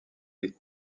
des